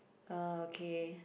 okay